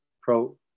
Pro